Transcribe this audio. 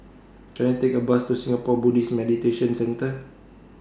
Can I Take A Bus to Singapore Buddhist Meditation Centre